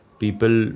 people